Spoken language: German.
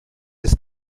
ist